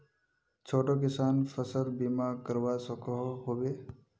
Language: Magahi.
छोटो किसान फसल बीमा करवा सकोहो होबे?